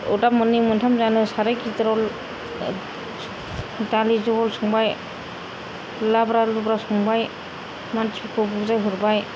अरदाब मोननै मोनथाम जानो साराय गिदिराव दालि जहल संबाय लाब्रा लुब्रा संबाय मानसिफोरखौ बुजाय हरबाय